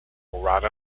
write